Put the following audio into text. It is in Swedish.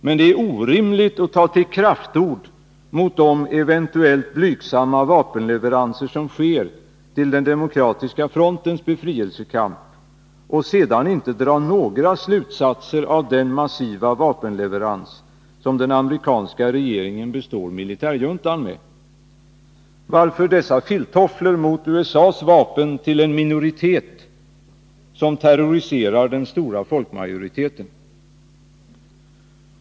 Men det är orimligt att ta till kraftord mot de eventuella blygsamma vapenleveranser som sker till den demokratiska frontens befrielsekamp och att sedan inte dra några slutsatser av den massiva vapenleverans som den amerikanska regeringen består militärjuntan med. Varför dessa filttofflor mot USA:s vapensändningar till en minoritet som terroriserar den stora folkmajoriteten?